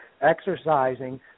exercising